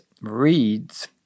reads